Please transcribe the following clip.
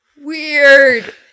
weird